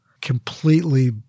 completely